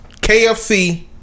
KFC